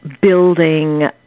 building